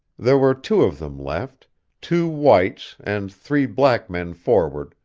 there were two of them left two whites, and three black men forward,